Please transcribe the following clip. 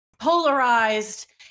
polarized